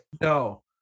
no